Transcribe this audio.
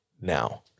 now